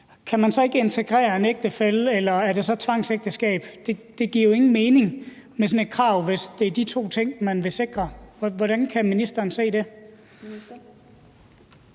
kan man så ikke integrere en ægtefælle? Og er det så et tvangsægteskab? Det giver jo ingen mening med sådan et krav, hvis det er de to ting, man vil sikre. Hvordan ser ministeren på det?